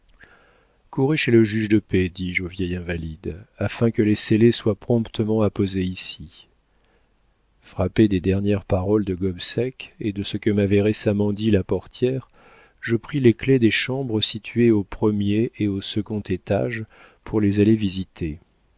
courez chez le juge de paix dis-je au vieil invalide afin que les scellés soient promptement apposés ici frappé des dernières paroles de gobseck et de ce que m'avait récemment dit la portière je pris les clefs des chambres situées au premier et au second étage pour les aller visiter